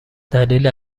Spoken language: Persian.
دلیل